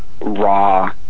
raw